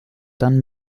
dann